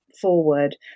forward